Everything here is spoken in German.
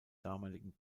damaligen